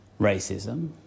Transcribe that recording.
racism